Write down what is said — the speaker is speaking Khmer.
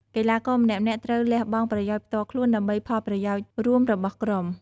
កីឡាករម្នាក់ៗត្រូវលះបង់ប្រយោជន៍ផ្ទាល់ខ្លួនដើម្បីផលប្រយោជន៍រួមរបស់ក្រុម។